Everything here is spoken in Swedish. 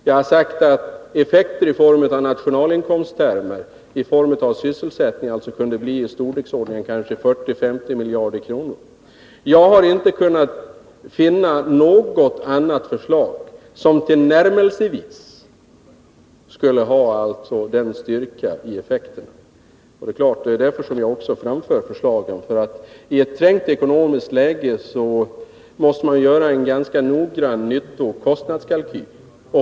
Jag har sagt att effekten uttryckt i nationalinkomsttermer, i form av sysselsättning, kunde bli i storleksordningen 40-50 miljarder kronor. Jag har inte kunnat finna något annat förslag som tillnärmelsevis skulle ha den styrkan i sina effekter. Det är givetvis därför jag också har framfört förslagen —i ett trängt ekonomiskt läge måste man göra en ganska noggrann nyttooch kostnadskalkyl.